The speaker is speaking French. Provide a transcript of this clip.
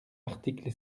article